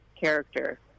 character